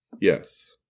Yes